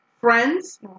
friends